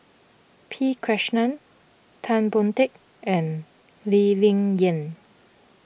P Krishnan Tan Boon Teik and Lee Ling Yen